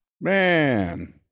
Man